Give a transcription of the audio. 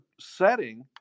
setting